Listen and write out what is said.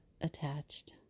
attached